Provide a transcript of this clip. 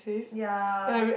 ya